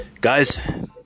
Guys